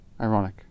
ironic